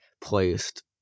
placed